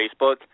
Facebook